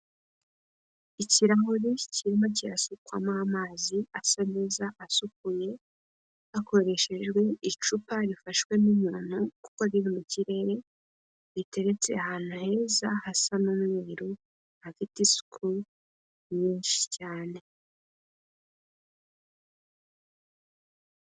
Ikirahure kirimo kirasukwamo amazi asa neza asukuye, hakoreshejwe icupa rifashwe n'umuntu kuko riri mu kirere, riteretse ahantu heza hasa n'umweru hafite isuku nyinshi cyane.